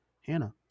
Hannah